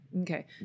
Okay